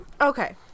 okay